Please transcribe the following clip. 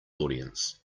audience